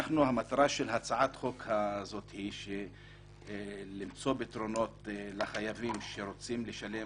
המטרה של הצעת החוק הזאת היא למצוא פתרונות לחייבים שרוצים לשלם,